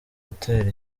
gutera